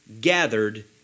gathered